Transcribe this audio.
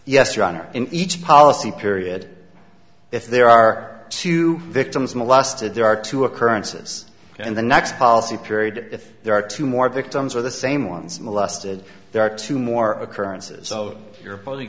honor in each policy period if there are two victims molested there are two occurrences in the next policy period if there are two more victims or the same ones molested there are two more occurrences so you're